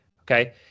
okay